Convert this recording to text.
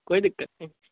کوئی دقت نہیں